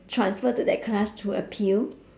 transfer to that class through appeal